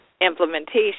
implementation